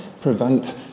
prevent